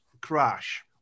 crash